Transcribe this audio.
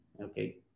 Okay